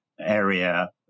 area